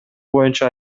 боюнча